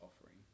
offering